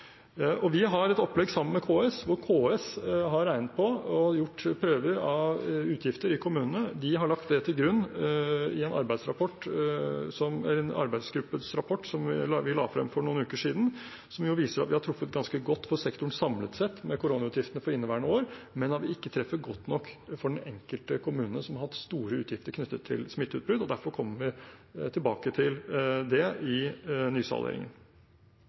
Vi har et opplegg sammen med KS. KS har regnet på og gjort prøver av utgifter i kommunene. De har lagt det til grunn i en arbeidsgrupperapport, som vi la frem for noen uker siden, som viser at vi har truffet ganske godt for sektoren samlet sett med koronautgiftene for inneværende år, men at vi ikke treffer godt nok for den enkelte kommune som har hatt store utgifter knyttet til smitteutbrudd. Derfor kommer vi tilbake til det i nysalderingen.